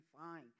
fine